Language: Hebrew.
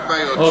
הצגת כמה בעיות.